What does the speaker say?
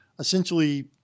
Essentially